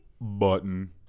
Button